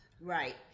Right